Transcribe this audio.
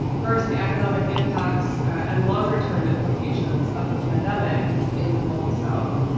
first, the economic impacts and longer term implications of the pandemic in the global south.